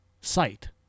site